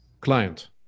client